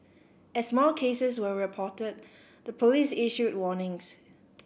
as more cases were reported the police issued warnings